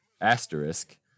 asterisk